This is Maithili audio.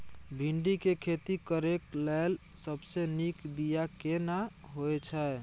भिंडी के खेती करेक लैल सबसे नीक बिया केना होय छै?